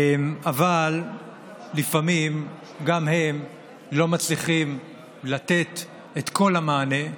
אבל לפעמים גם הם לא מצליחים לתת את כל המענה,